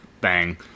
bang